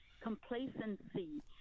complacency